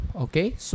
okay